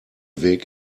weg